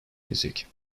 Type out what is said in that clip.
music